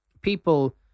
people